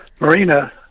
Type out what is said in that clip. Marina